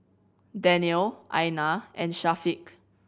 Daniel Aina and Syafiq